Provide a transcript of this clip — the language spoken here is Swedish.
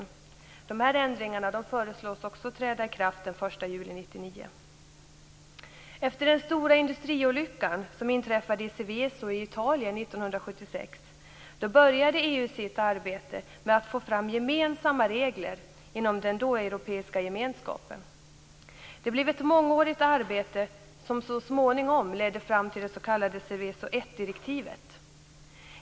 Också dessa ändringar föreslås träda i kraft den 1 juli 1999. Efter den stora industriolycka som inträffade i Seveso i Italien 1976 började EU sitt arbete med att få fram gemensamma regler inom den dåvarande europeiska gemenskapen. Det blev ett mångårigt arbete, som så småningom ledde fram till det s.k. Seveso I direktivet.